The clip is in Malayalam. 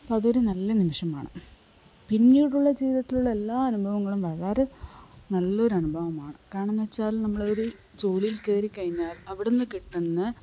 അതൊരു നല്ല നിമിഷമാണ് പിന്നീടുള്ള ജീവിതത്തിലുള്ള എല്ലാ അനുഭവങ്ങളും വളരെ നല്ലൊരു അനുഭവമാണ് കാരണം എന്ന് വച്ചാൽ നമ്മളൊരു ജോലിയിൽ കയറിക്കഴിഞ്ഞാൽ അവിടുന്ന് കിട്ടുന്ന